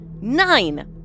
nine